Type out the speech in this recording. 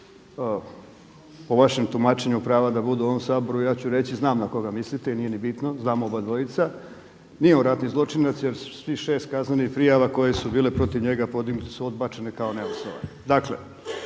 po vašem tumačenju prava da budu u ovom Saboru. Ja ću reći znam na koga mislite i nije ni bitno, znamo obadvojica. Nije on ratni zločinac jer svih šest kaznenih prijava koje su bile protiv njega podignute su odbačene kao neosnovane.